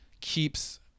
keeps